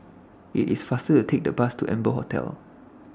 IT IS faster to Take The Bus to Amber Hotel